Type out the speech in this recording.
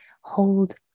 hold